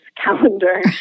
calendar